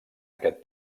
aquest